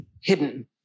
hidden